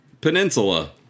Peninsula